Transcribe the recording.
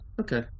Okay